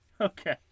Okay